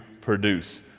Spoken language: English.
produce